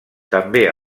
també